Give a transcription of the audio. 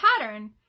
pattern